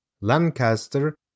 Lancaster